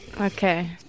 okay